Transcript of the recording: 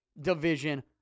Division